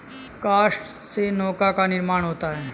काष्ठ से नौका का निर्माण होता है